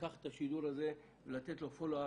לקחת את השידור הזה ולתת לו פולו-אפ